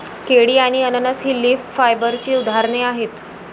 केळी आणि अननस ही लीफ फायबरची उदाहरणे आहेत